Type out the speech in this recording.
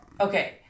Okay